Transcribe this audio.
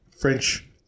french